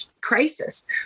Crisis